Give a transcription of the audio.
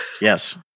Yes